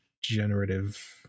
generative